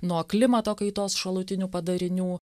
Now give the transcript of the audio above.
nuo klimato kaitos šalutinių padarinių